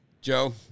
Joe